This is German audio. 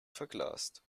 verglast